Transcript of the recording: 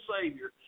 Savior